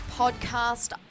podcast